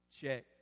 Check